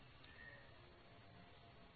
അപ്പോൾ നിങ്ങൾ വളരെയധികം ശ്രദ്ധിക്കണം